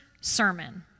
sermon